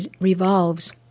revolves